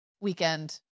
weekend